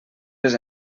les